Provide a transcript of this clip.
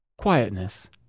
Quietness